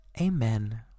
Amen